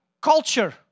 culture